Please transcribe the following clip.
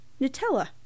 Nutella